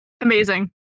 Amazing